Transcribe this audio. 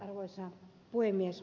arvoisa puhemies